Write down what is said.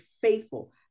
faithful